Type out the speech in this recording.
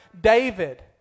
David